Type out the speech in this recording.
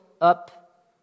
up